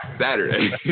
Saturday